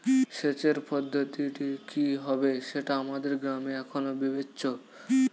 সেচের পদ্ধতিটি কি হবে সেটা আমাদের গ্রামে এখনো বিবেচ্য